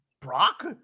Brock